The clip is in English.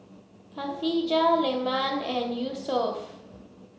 Khatijah Leman and Yusuf